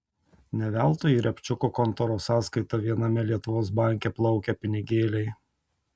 ne veltui į riabčiuko kontoros sąskaitą viename lietuvos banke plaukia pinigėliai